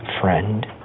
friend